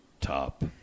Top